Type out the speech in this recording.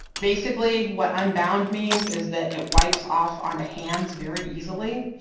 basically what unbound means is that it wipes off on the hands very easily.